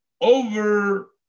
over